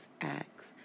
acts